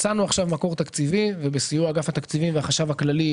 מצאנו עכשיו מקור תקציבי בסיוע אגף התקציבים והחשב הכללי,